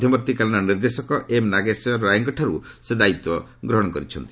ମଧ୍ୟବର୍ତ୍ତୀକାଳୀନ ନିର୍ଦ୍ଦେଶକ ଏମ୍ ନାଗେଶ୍ୱର ରାଓଙ୍କଠାରୁ ସେ ଦାୟିତ୍ୱ ଗ୍ରହଣ କରିଛନ୍ତି